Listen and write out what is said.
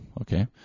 Okay